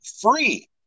free